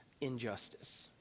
injustice